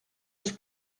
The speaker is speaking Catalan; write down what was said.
els